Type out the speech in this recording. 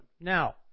Now